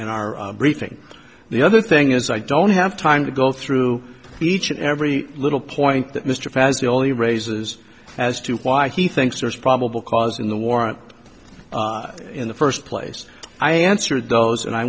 in our briefing the other thing is i don't have time to go through each and every little point that mr fazli only raises as to why he thinks there is probable cause in the warrant in the first place i answered those and i